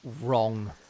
wrong